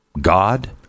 god